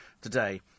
today